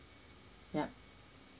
yup